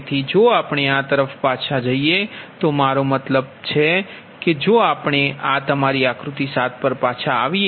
તેથી જો આપણે આ તરફ પાછા જઈએ તો મારો મતલબ કે જો આપણે તમારી આકૃતિ 7 પર પાછા જઈએ